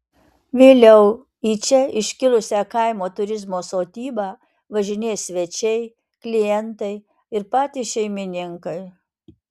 vėliau į čia iškilusią kaimo turizmo sodybą važinės svečiai klientai ir patys šeimininkai